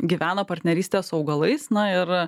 gyvena partnerystę su augalais na ir